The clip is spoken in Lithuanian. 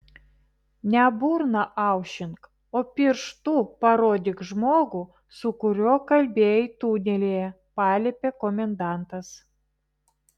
ne burną aušink o pirštu parodyk žmogų su kuriuo kalbėjai tunelyje paliepė komendantas